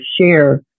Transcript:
share